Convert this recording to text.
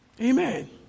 Amen